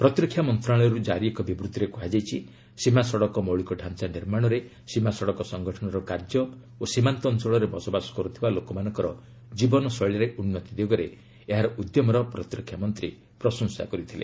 ପ୍ରତିରକ୍ଷା ମନ୍ତ୍ରଣାଳୟର୍ତ ଜାରି ଏକ ବିବୃତ୍ତିରେ କୃହାଯାଇଛି ସୀମା ସଡକ ମୌଳିକ ଡାଞ୍ଚା ନିର୍ମାଣରେ ସୀମା ସଡକ ସଂଗଠନର କାର୍ଯ୍ୟ ଓ ସୀମାନ୍ତ ଅଞ୍ଚଳରେ ବସବାସ କରୁଥିବା ଲୋକମାନଙ୍କ ଜୀବନ ଶୈଳୀରେ ଉନ୍ତି ଦିଗରେ ଏହାର ଉଦ୍ୟମର ପ୍ରତିରକ୍ଷାମନ୍ତ୍ରୀ ପ୍ରଶଂସା କରିଥିଲେ